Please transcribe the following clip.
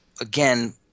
again